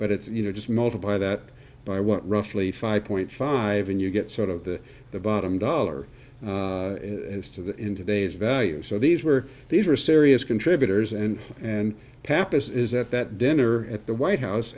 but it's you know just multiply that by what roughly five point five and you get sort of the the bottom dollar as to that in today's value so these were these are serious contributors and and pappas is at that dinner at the white house